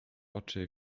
oczy